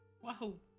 Wahoo